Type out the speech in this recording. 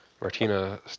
Martina